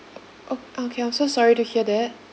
ok~ okay I'm so sorry to hear that